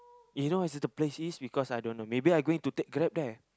you know what is the place is because I don't know maybe I going to take Grab there